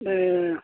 ए